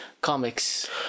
comics